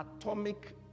Atomic